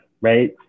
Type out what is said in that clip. right